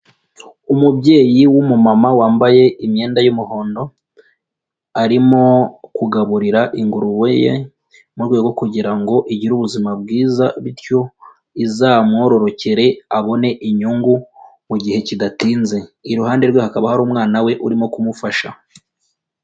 Umubyeyi w'umumama wambaye imyenda y'umuhondo arimo kugaburira inguruwe ye mu rwego kugira ngo igire ubuzima bwiza, bityo izamwororokere abone inyungu mu gihe kidatinze, iruhande rwe hakaba hari umwana we urimo kumufasha.